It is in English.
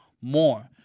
more